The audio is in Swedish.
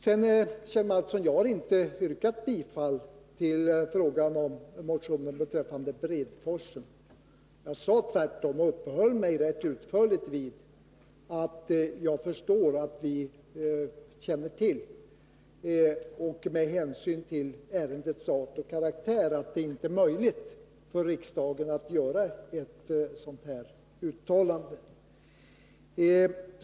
Jag har inte, Kjell Mattsson, yrkat bifall till motionen beträffande Bredforsen. Jag uppehöll mig tvärtom rätt utförligt vid den omständigheten, att vi med hänsyn till ärendets karaktär förstår att det inte är möjligt för riksdagen att göra ett sådant här uttalande.